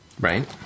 Right